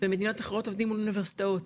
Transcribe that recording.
במדינות אחרות עובדים מול אוניברסיטאות,